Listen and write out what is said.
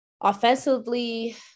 offensively